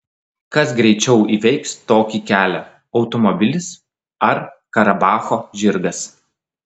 kas greičiau įveiks tokį kelią automobilis ar karabacho žirgas